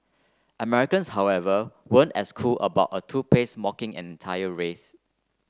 Americans however weren't as cool about a toothpaste mocking an entire race